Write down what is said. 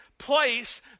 place